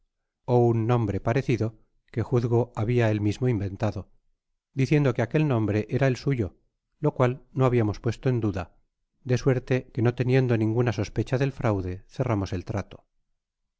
ó un nombre parecido que juzgo har bia él mismo inventado diciendo que aquel nombre era el suyo lo cual no habiamos puesto en dada de suerte que no teniendo ninguna sospecha del fraude cerramos el trato